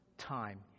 time